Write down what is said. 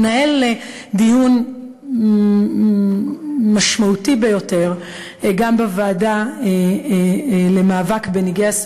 התנהל דיון משמעותי ביותר גם בוועדה למאבק בנגעי